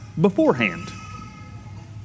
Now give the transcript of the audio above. beforehand